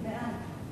בעד.